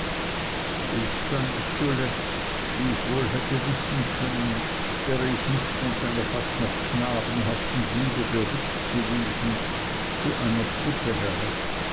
ich sank zuletzt wie ich wohl hätte wissen können wäre ich nicht von seiner fast noch knabenhaften liebe berückt gewesen zu einer puppe herab